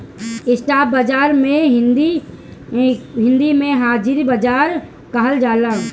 spot बाजार के हिंदी में हाजिर बाजार कहल जाला